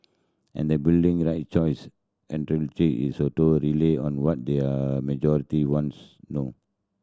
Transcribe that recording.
and they building right choice is a totally on what the majority wants no